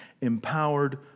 empowered